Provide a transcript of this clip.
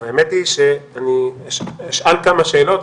האמת היא שאני אשאל כמה שאלות.